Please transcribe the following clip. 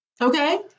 Okay